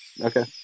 Okay